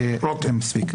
זה מספיק.